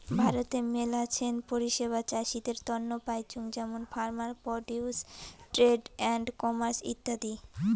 ভারতে মেলাছেন পরিষেবা চাষীদের তন্ন পাইচুঙ যেমন farmer produce trade and commerce ইত্যাদি